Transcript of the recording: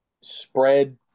spread